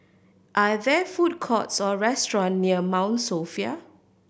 are there food courts or restaurants near Mount Sophia